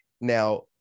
Now